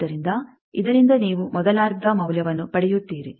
ಆದ್ದರಿಂದ ಇದರಿಂದ ನೀವು ಮೊದಲಾರ್ಧ ಮೌಲ್ಯವನ್ನು ಪಡೆಯುತ್ತೀರಿ